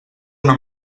una